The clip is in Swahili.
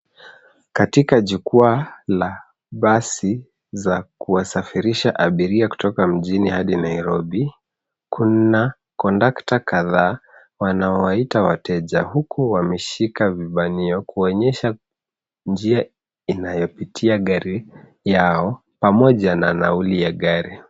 Katika jukwaa la basi za kuwasafirisha abiria kutoka mjini hadi Nairobi, kuna kondakta kadhaa wanaowaita wateja huku wameshika vibanio kuonyesha njia inayopitia gari yao pamoja na nauli ya gari.